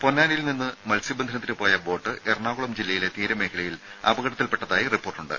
പൊന്നാനിയിൽ നിന്നും മത്സ്യബന്ധനത്തിന് പോയ ബോട്ട് എറണാകുളം ജില്ലയിലെ തീരമേഖലയിൽ അപകടത്തിൽപ്പെട്ടതായി റിപ്പോർട്ടുണ്ട്